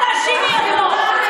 אל תאשימי אותו.